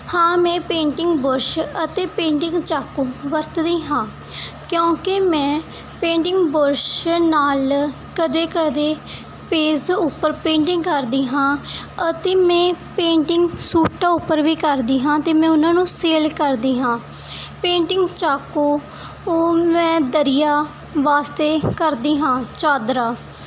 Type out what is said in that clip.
ਹਾਂ ਮੈਂ painting brush ਅਤੇ ਪੇਂਟਿੰਗ ਚਾਕੂ ਵਰਤਦੀ ਹਾਂ ਕਿਉਂਕਿ ਮੈਂ ਪੇਂਟਿੰਗ ਬੁਰਸ਼ ਨਾਲ ਕਦੇ ਕਦੇ ਪੇਜ਼ ਉੱਪਰ ਪੇਂਟਿੰਗ ਕਰਦੀ ਹਾਂ ਅਤੇ ਮੈਂ ਪੇਂਟਿੰਗ ਸੂਟਾਂ ਉੱਪਰ ਵੀ ਕਰਦੀ ਹਾਂ ਅਤੇ ਮੈਂ ਉਹਨਾਂ ਨੂੰ ਸੇਲ ਕਰਦੀ ਹਾਂ ਪੇਂਟਿੰਗ ਚਾਕੂ ਉਹ ਮੈਂ ਦਰੀਆਂ ਵਾਸਤੇ ਕਰਦੀ ਹਾਂ ਚਾਦਰਾ